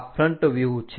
આ ફ્રન્ટ વ્યુહ છે